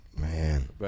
Man